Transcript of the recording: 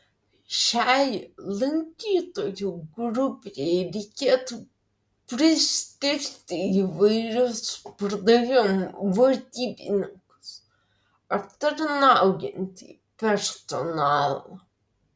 šiai lankytojų grupei reikėtų priskirti įvairius pardavimų vadybininkus aptarnaujantį personalą